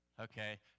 Okay